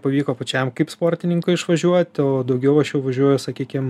pavyko pačiam kaip sportininkui išvažiuot o daugiau aš jau važiuoju sakykim